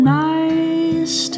nice